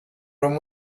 room